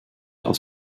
aus